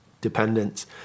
dependence